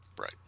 Right